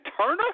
Turner